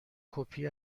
کپی